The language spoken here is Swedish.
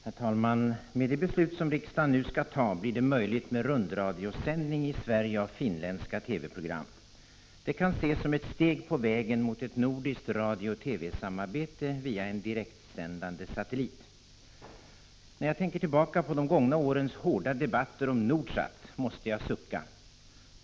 Herr talman! I och med det beslut som riksdagen nu skall fatta blir det möjligt med rundradiosändning i Sverige av finländska TV-program. Det kan ses som ett steg på vägen mot ett nordiskt radiooch TV-samarbete via en direktsändande satellit. När jag tänker tillbaka på de gångna årens hårda debatter om Nordsat måste jag sucka.